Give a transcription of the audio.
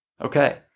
Okay